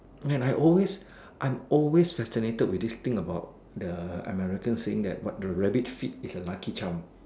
and I always I'm always fascinated with this thing about the Americans saying that what the rabbit feet is a lucky charm